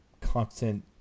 constant